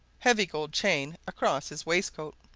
heavy gold chain across his waistcoat,